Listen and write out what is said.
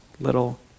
little